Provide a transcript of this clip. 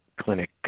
clinic